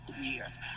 years